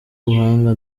ubuhanga